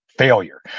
Failure